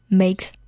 makes